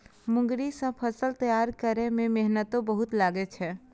मूंगरी सं फसल तैयार करै मे मेहनतो बहुत लागै छै